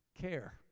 Care